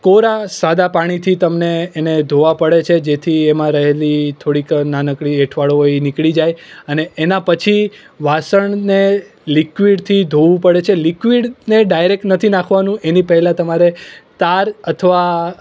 કોરા સાદા પાણીથી તમને એને ધોવા પડે છે જેથી એમાં રહેલી થોડીક નાનકડી એઠવાડ હોય એ નીકળી જાય અને એના પછી વાસણને લિક્વિડથી ધોવું પડે છે લિક્વિડને ડાયરેક્ટ નથી નાખવાનું એની પહેલાં તમારે તાર અથવા